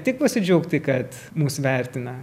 tik pasidžiaugti kad mus vertina